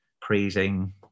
praising